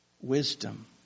wisdom